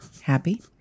happy